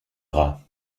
rats